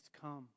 come